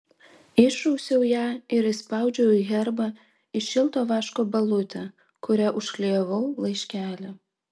išrausiau ją ir įspaudžiau herbą į šilto vaško balutę kuria užklijavau laiškelį